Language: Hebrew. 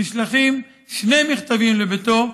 נשלחים שני מכתבים לביתו,